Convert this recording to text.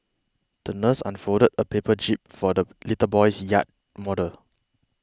the nurse unfolded a paper jib for the little boy's yacht model